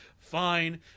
fine